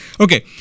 Okay